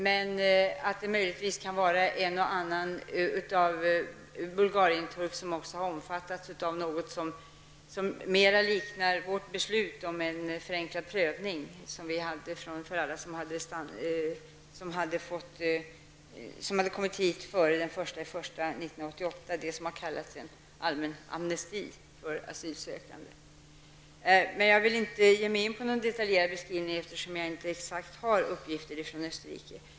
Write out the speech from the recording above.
Det skulle kunna vara en och annan Bulgarienturk som har omfattats av något som mera liknar det svenska beslutet om förenklad prövning för alla dem som kom hit före den 1 januari 1988, dvs. en allmän amnesti för asylsökande. Jag vill inte ge mig in i en detaljerad beskrivning eftersom jag inte har exakta uppgifter från Österrike.